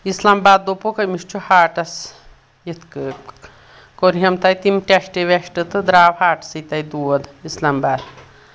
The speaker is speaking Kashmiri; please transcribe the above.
اسلام آباد دوٚپُکھ أمِس چھُ ہاٹس یِتھۍ کٲٹھۍ کٔر ہَم تَتہِ تِم ٹؠسٹہٕ وؠسٹہٕ تہٕ درٛاو ہاٹسٕے تَتہِ دود اسلام آباد